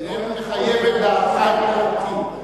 ואין מחייבת דעתך את דעתי.